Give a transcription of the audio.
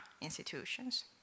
institutions